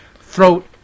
throat